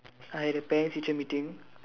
I had a parents teacher meeting